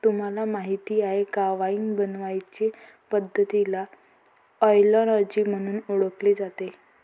तुम्हाला माहीत आहे का वाइन बनवण्याचे पद्धतीला ओएनोलॉजी म्हणून ओळखले जाते